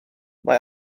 mae